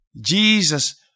Jesus